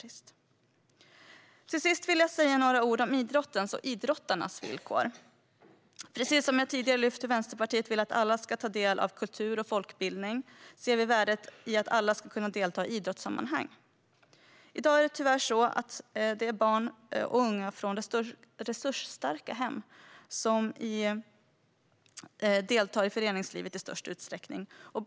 Till sist vill jag säga några ord om idrottens och idrottarnas villkor. Precis som jag tidigare har lyft fram hur Vänsterpartiet vill att alla ska kunna ta del av kultur och folkbildning ser vi värdet i att alla ska kunna delta i idrottssammanhang. I dag är det tyvärr så att det är barn och unga från resursstarka hem som i störst utsträckning deltar i föreningslivet.